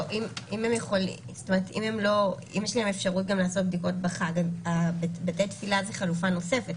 אם יש להם אפשרות גם לעשות בדיקות בחג בתי תפילה זה חלופה נוספת.